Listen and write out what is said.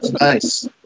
nice